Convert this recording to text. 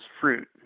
fruit